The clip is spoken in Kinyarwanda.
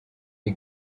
iyi